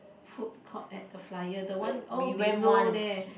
food court at the flyer the one oh below there